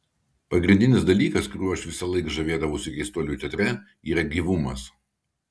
pagrindinis dalykas kuriuo aš visąlaik žavėdavausi keistuolių teatre yra gyvumas